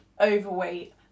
overweight